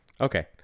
Okay